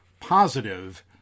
Positive